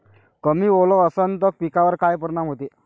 कमी ओल असनं त पिकावर काय परिनाम होते?